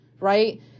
Right